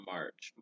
March